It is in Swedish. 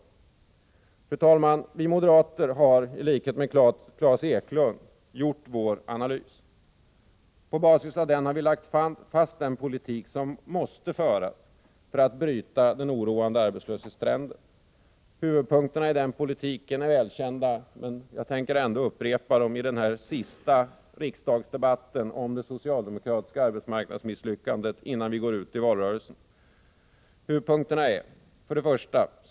Fru talman! Vi moderater har, i likhet med t.ex. Klas Eklund, gjort vår analys. På basis av den har vi lagt fast den politik som måste föras för att bryta den oroande arbetslöshetstrenden. Huvudpunkterna i den politiken är välkända, men jag tänker ändå upprepa dem i den här sista riksdagsdebatten om det socialdemokratiska arbetsmarknadsmisslyckandet innan vi går ut i valrörelsen. Dessa huvudpunkter är: 1.